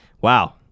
wow